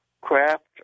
craft